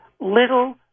little